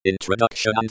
Introduction